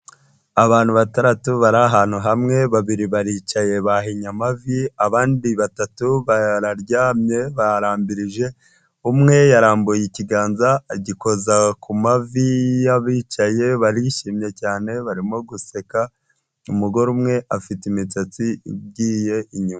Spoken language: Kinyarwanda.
Abantu batandatu bari ahantu hamwe, babiri baricaye bahinnye amavi, abandi batatu bararyamye barambirije, umwe yarambuye ikiganza agikoza ku mavi y'abicaye, barishimye cyane barimo guseka, umugore umwe afite imisatsi igiye inyuma.